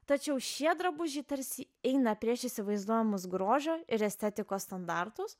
tačiau šie drabužiai tarsi eina prieš įsivaizduojamus grožio ir estetikos standartus